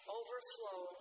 overflow